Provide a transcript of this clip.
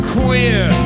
queer